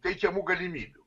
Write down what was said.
teikiamų galimybių